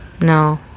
No